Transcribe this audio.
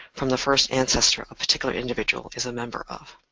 from the first ancestor, a particular individual is a member of.